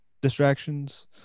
distractions